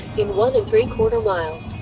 in one and three quarter miles,